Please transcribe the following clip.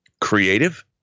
creative